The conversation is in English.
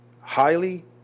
Highly